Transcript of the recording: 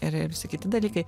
ir visi kiti dalykai